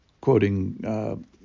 quoting